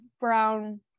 Brown